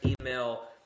email